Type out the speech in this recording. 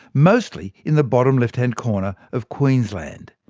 mostly in the bottom left-hand corner of queensland.